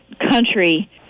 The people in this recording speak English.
country